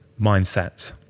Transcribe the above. mindset